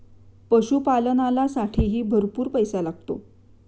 पशुपालनालासाठीही भरपूर पैसा लागतो